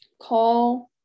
call